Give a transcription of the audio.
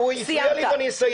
הוא הפריע לי ואני אסיים.